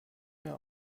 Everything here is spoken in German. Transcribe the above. mehr